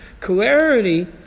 clarity